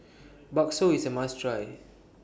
Bakso IS A must Try